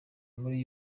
muri